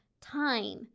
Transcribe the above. time